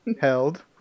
Held